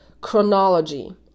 chronology